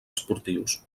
esportius